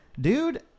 dude